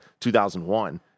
2001